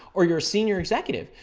or you're a senior executive,